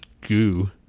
goo